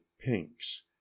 pinks